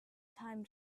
time